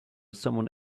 someone